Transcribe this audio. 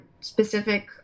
specific